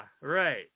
right